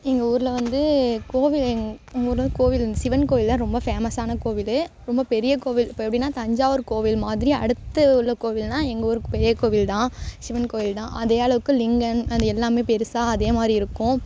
எங்கள் ஊரில் வந்து கோவில் எங் எங்கள் ஊரில் வந்து கோவில் இந்த சிவன் கோவில் தான் ரொம்ப ஃபேமஸான கோவில் ரொம்ப பெரிய கோவில் இப்போ எப்படின்னா தஞ்சாவூர் கோவில் மாதிரி அடுத்து உள்ள கோவில்னா எங்க ஊர் பெரிய கோவில் தான் சிவன் கோவில் தான் அதே அளவுக்கு லிங்கம் அது எல்லாம் பெருசாக அதே மாதிரி இருக்கும்